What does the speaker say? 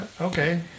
Okay